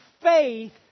faith